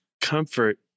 comfort